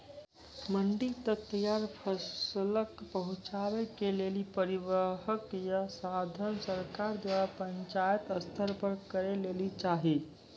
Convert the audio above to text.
मंडी तक तैयार फसलक पहुँचावे के लेल परिवहनक या साधन सरकार द्वारा पंचायत स्तर पर करै लेली चाही?